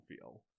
feel